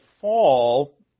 fall